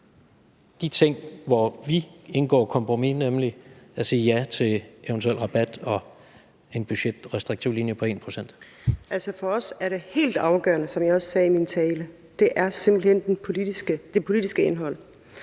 de ting, hvor vi indgår kompromis, nemlig ved at sige ja til eventuel rabat og en budgetrestriktiv linje på 1 pct. Kl. 14:23 Halime Oguz (SF): Altså, for os er det helt afgørende, som jeg også sagde i min tale, simpelt hen det politiske indhold.